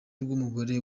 rw’umugore